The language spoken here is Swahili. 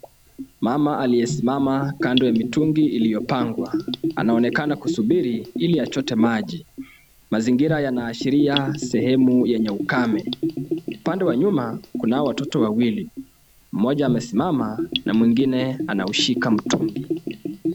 Mama aliyesimama kando ya mitungi iliyopangwa. Anaonekana kusubiri ili achote maji. Mazingira yanaashiria sehemu yenye ukame. Upande wa nyuma, kunao watoto wawili. Mmoja amesimama, na mwingine anaushika mtungi.